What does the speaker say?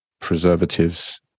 preservatives